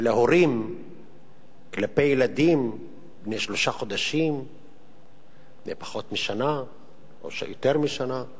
ולהורים כלפי ילדים בני שלושה חודשים ופחות משנה או שיותר משנה,